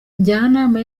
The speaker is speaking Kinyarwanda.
njyanama